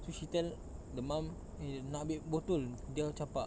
so she tell the mum eh nak ambil botol diah campak